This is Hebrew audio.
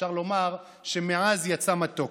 אפשר לומר שמעז יצא מתוק.